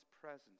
presence